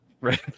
right